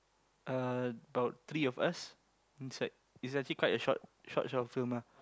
about three of us inside it's actually quite a short short film lah